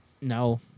no